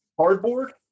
cardboard